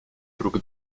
друг